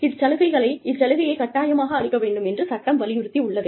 இச்சலுகையை கட்டாயமாக அளிக்க வேண்டும் என்று சட்டம் வலியுறுத்தியுள்ளது